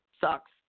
sucks